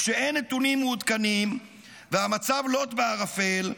כשאין נתונים מעודכנים והמצב לוט בערפל,